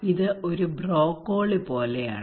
ഇത് ബ്രോക്കോളി പോലെയാണ്